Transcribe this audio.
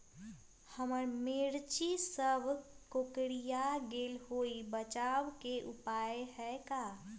हमर मिर्ची सब कोकररिया गेल कोई बचाव के उपाय है का?